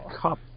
cup